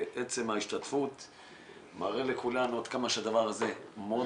עצם ההשתתפות מראה לכולנו עד כמה שהדבר הזה מאוד